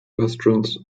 restaurants